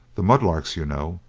the mudlarks, you know,